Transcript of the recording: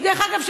דרך אגב,